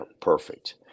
perfect